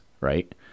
right